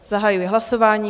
Zahajuji hlasování.